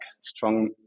strong